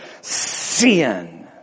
Sin